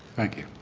thank you.